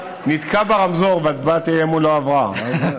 נתקע ברמזור והצבעת האי-אמון לא עברה.